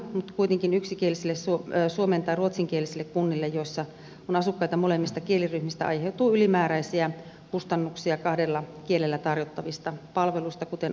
mutta kuitenkin yksikielisille suomen tai ruotsinkielisille kunnille joissa on asukkaita molemmista kieliryhmistä aiheutuu ylimääräisiä kustannuksia kahdella kielellä tarjottavista palveluista kuten oppimateriaaleista